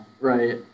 right